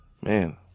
man